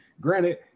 granted